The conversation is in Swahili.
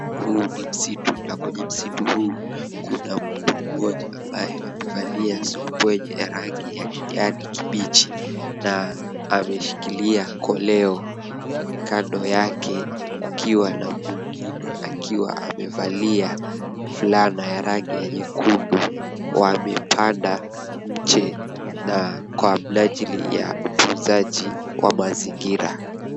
Huu ni msitu na kwenye msitu huu kuna mtu mmoja ambaye amevalia suruali ya rangi ya kijani kibichi na ameshikilia koleo kando yake kukiwa na mwingine akiwa amevalia fulana ya rangi ya nyekundu. Wamepanda mche na kwa minajili ya utunzaji wa mazingira.